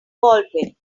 baldwin